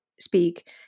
speak